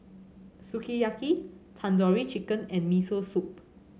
Sukiyaki Tandoori Chicken and Miso Soup